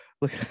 Look